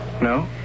No